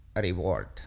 reward